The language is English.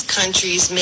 countries